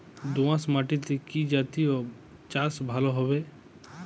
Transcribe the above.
দোয়াশ মাটিতে কি জাতীয় চাষ ভালো হবে?